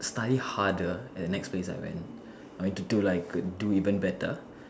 study harder at the next place I went I mean to do like do even better